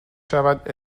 شود